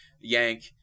Yank